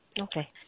Okay